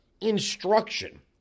instruction